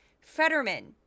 Fetterman